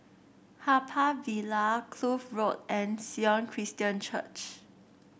Haw Par Villa Kloof Road and Sion Christian Church